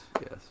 yes